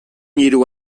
hiru